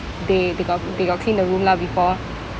they they got they got clean the room lah before